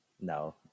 No